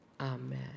Amen